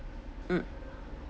mm